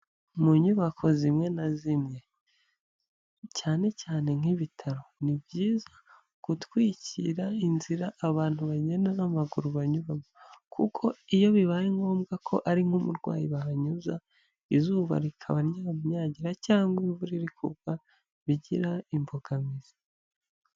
Mu nyubako zimwe na zimwe cyane cyane nk'ibitaro ni byiza gutwikira inzira abantu bagenda n'amaguru banyuramo, kuko iyo bibaye ngombwa ko ari nk'umurwayi bahanyuza izuba rikaba ryamunyagira cyangwa imvura iri kugwa bigira imbogamizi.